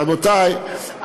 רבותי,